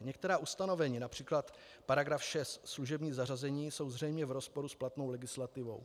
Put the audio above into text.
Některá ustanovení, např. § 6 služební zařazení, jsou zřejmě v rozporu s platnou legislativou.